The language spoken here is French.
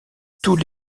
tous